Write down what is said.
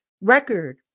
record